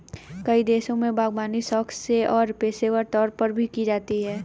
कई देशों में बागवानी शौक से और पेशेवर तौर पर भी की जाती है